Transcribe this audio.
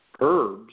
herbs